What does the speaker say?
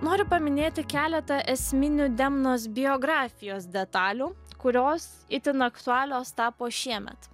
noriu paminėti keletą esminių demnos biografijos detalių kurios itin aktualios tapo šiemet